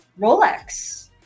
rolex